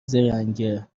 زرنگه